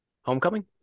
homecoming